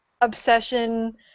obsession